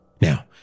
Now